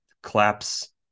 collapse